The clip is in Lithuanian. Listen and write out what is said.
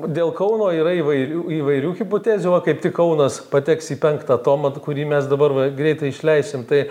dėl kauno yra įvairių įvairių hipotezių o kaip tik kaunas pateks į penktą tomą kurį mes dabar va greitai išleisim tai